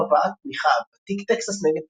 הבעת תמיכה בתיק "טקסס נגד פנסילבניה",